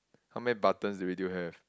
how many buttons did we did you have